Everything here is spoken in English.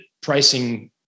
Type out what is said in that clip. pricing